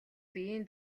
биеийн